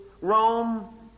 Rome